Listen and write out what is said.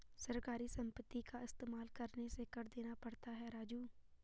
सरकारी संपत्ति का इस्तेमाल करने से कर देना पड़ता है राजू